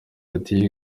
ati